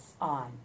on